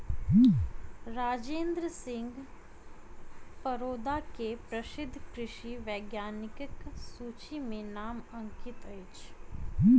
राजेंद्र सिंह परोदा के प्रसिद्ध कृषि वैज्ञानिकक सूचि में नाम अंकित अछि